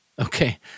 Okay